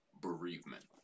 bereavement